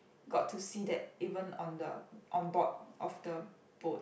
got to see that even on the on board of the boat